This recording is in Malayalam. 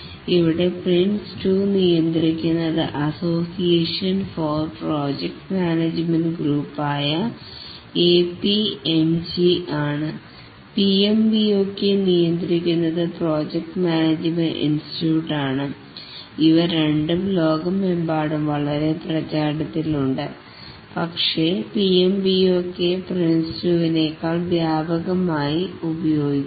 ഇവിടെ PRINCE2 നിയന്ത്രിക്കുന്നത് അസോസിയേഷൻ ഫോർ പ്രൊജക്റ്റ് മാനേജ്മെൻറ് ഗ്രൂപ്പായ APMG ആണ് PMBOK നിയന്ത്രിക്കുന്നത് പ്രോജക്റ്റ് മാനേജ്മെൻറ് ഇൻസ്റ്റിറ്റ്യൂട്ട് ആണ് ഇവ രണ്ടും ലോകമെമ്പാടും വളരെ പ്രചാരത്തിലുണ്ട് പക്ഷേ PMBOK PRINCE 2 നേക്കാൾ വ്യാപകമായി ഉപയോഗിക്കുന്നു